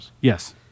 Yes